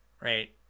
right